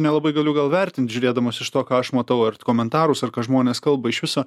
nelabai galiu gal vertin žiūrėdamas iš to ką aš matau ar komentarus ar ką žmonės kalba iš viso